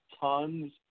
tons